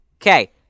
Okay